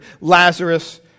Lazarus